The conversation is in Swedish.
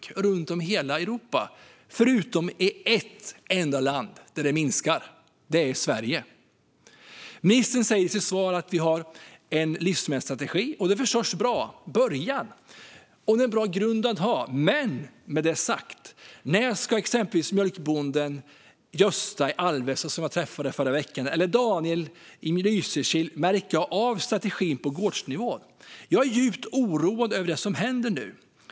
Det gäller runt om i hela Europa förutom i ett enda land där det minskar, nämligen i Sverige. Ministern säger i sitt svar att vi har en livsmedelsstrategi. Det är förstås en bra början och en bra grund att ha. Men när ska mjölkbonden Gösta i Alvesta, som jag träffade förra veckan, eller Daniel i Lysekil märka av strategin på gårdsnivå? Jag är djupt oroad över det som händer nu.